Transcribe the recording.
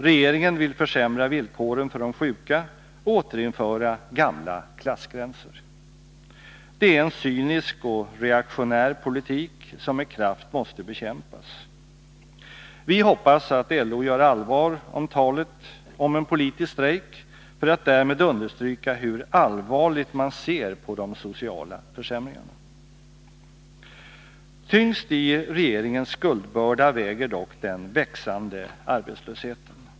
Regeringen vill försämra villkoren för de sjuka och återinföra gamla klassgränser. Det är en cynisk och reaktionär politik som med kraft måste bekämpas. Vi hoppas att LO gör allvar av talet om en politisk strejk för att därmed understryka hur allvarligt man ser på de sociala försämringarna. Tyngst i regeringens skuldbörda väger dock den växande arbetslösheten.